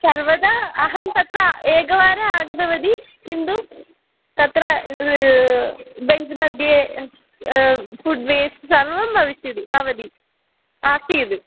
सर्वदा अहं तत्र एकवार आगतवती किन्तु तत्र बेञ्च्मध्ये फ़ुड् वेस्ट् सर्वं भविष्यति भवति आसीद्